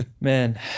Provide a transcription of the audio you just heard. man